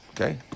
Okay